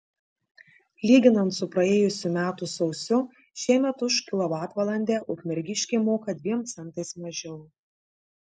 lyginant su praėjusių metų sausiu šiemet už kilovatvalandę ukmergiškiai moka dviem centais mažiau